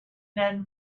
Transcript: then